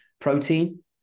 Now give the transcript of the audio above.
protein